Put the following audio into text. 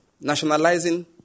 nationalizing